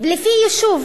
לפי יישוב.